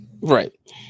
Right